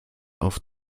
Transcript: auf